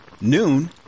noon